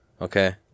Okay